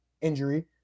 injury